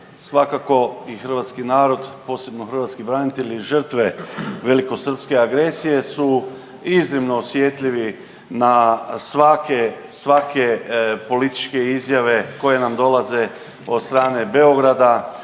svakako i hrvatski narod posebno hrvatski branitelji i žrtve velikosrpske agresije su iznimno osjetljivi na svake, svake političke izjave koje nam dolaze od strane Beograda,